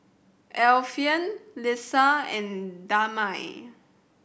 Alfian Lisa and Damia